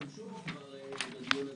שהשתמשו בו כבר בדיון הזה,